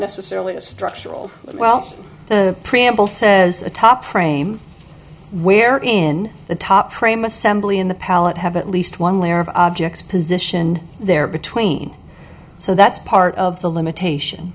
necessarily a structural well the preamble says a top rame where in the top frame assembly in the palette have at least one layer of objects positioned there between so that's part of the limitation